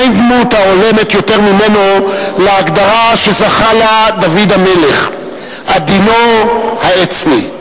אין דמות ההולמת יותר ממנו את ההגדרה שזכה לה דוד המלך "עדינו העצני".